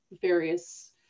various